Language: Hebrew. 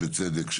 ובצדק,